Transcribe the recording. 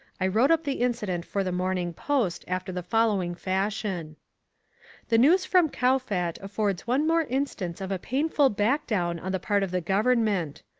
i wrote up the incident for the morning post after the following fashion the news from kowfat affords one more instance of a painful back-down on the part of the government.